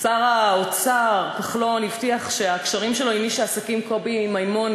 שר האוצר כחלון הבטיח שהקשרים שלו עם איש העסקים קובי מימון,